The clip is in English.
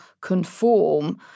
conform